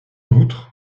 outre